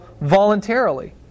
voluntarily